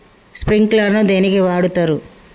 Sprinkler ను దేనికి వాడుతరు?